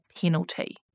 penalty